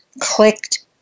clicked